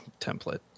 template